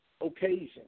occasion